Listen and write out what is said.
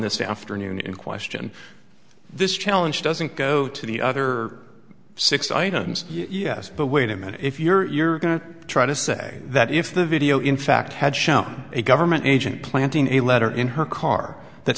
this afternoon in question this challenge doesn't go to the other six items yes but wait a minute if you're going to try to say that if the video in fact had shown a government agent planting a letter in her car that